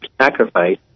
sacrifice